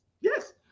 Yes